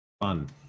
fun